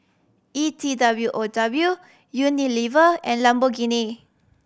E T W O W Unilever and Lamborghini